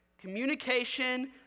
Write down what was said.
Communication